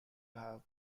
have